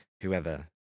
whoever